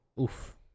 Oof